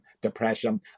depression